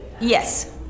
Yes